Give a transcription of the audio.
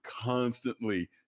constantly